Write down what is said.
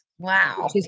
Wow